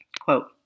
Quote